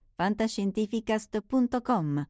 fantascientificast.com